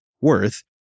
worth